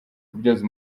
kubyaza